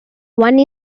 one